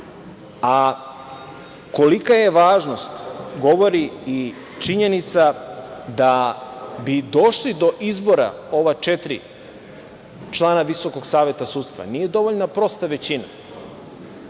a kolika je važnost govori i činjenica da bi došli do izbora ova četiri člana VSS nije dovoljna prosta većina.